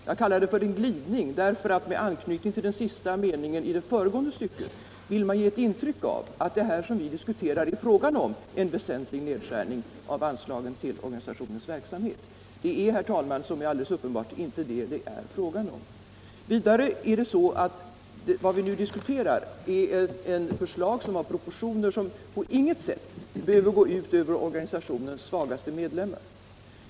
Jag kallar det för en glidning, därför att man i den sista meningen i det föregående stycket vill ge ett intryck av att det vi nu diskuterar skulle medföra en väsentlig nedskärning av anslaget till organisationens verksamhet. Det är, herr talman, alldeles uppenbart inte detta det är fråga om. Vad vi nu diskuterar är ett förslag om en nedskärning av sådana pro portioner att den på intet sätt behöver gå ut över organisationens svagaste medlemmar.